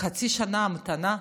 חצי שנה המתנה?